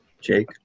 Jake